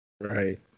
Right